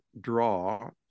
draw